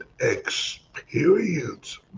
experience